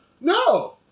no